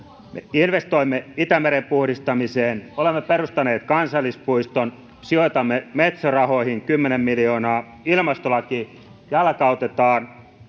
investoimme itämeren puhdistamiseen olemme perustaneet kansallispuiston sijoitamme metso rahoihin kymmenen miljoonaa ilmastolaki jalkautetaan